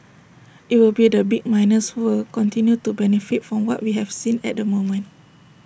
IT will be the big miners who will continue to benefit from what we have seen at the moment